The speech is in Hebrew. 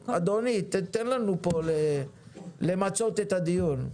אדוני, תן לנו פה למצות את הדיון.